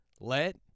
Let